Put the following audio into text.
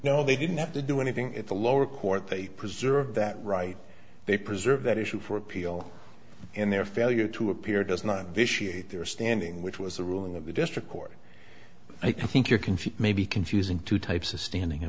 know they didn't have to do anything at the lower court they preserve that right they preserve that issue for appeal and their failure to appear does not vitiate their standing which was a ruling of a district court i think you're confused maybe confusing two types of standing i